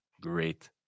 great